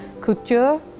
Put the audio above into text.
Couture